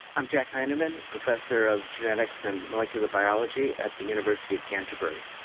i'm jack heinemann, professor of genetics and molecular biology at the university of canterbury.